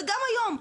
וגם היום,